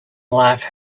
life